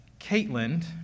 Caitlin